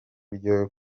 ryo